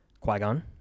Qui-Gon